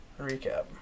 recap